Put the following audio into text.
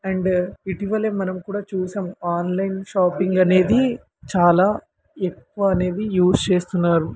and ఇటీవలే మనం కూడా చూశాము ఆన్లైన్ షాపింగ్ అనేది చాలా ఎక్కువ అనేది యూజ్ చేస్తున్నారు